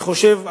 אני חושב,